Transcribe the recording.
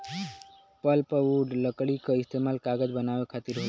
pulpwood लकड़ी क इस्तेमाल कागज बनावे खातिर होला